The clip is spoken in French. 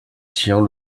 tient